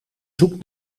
zoekt